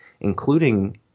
Including